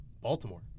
Baltimore